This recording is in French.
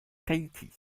tahiti